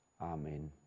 Amen